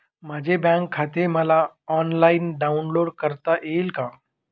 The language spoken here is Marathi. माझे बँक खाते मला ऑनलाईन डाउनलोड करता येईल का?